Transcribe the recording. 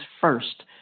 first